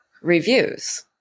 reviews